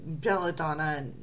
belladonna